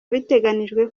biteganijwe